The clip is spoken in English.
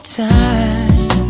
time